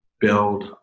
build